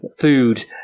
food